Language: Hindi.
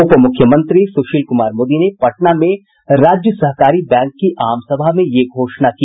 उपमुख्यमंत्री सुशील कुमार मोदी ने पटना में राज्य सहकारी बैंक की आमसभा में यह घोषणा की